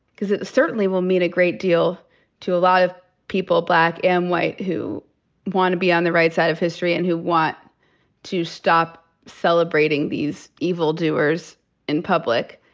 cause it certainly will mean a great deal to a lot of people, black and white, who want to be on the right side of history and who want to stop celebrating these evildoers in public.